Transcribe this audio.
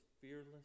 fearless